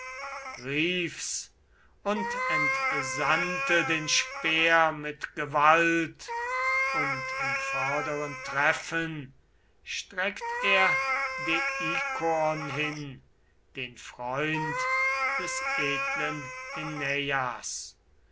rief's und entsandte den speer mit gewalt und im vorderen treffen streckt er dekoon hin den freund des edlen